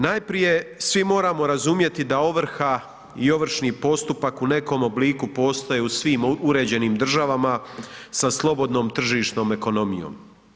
Najprije svi moramo razumjeti da ovrha i ovršni postupak u nekom obliku postoje u svim uređenim državama sa slobodnom tržišnom ekonomijom.